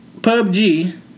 PUBG